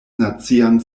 nacian